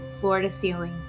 floor-to-ceiling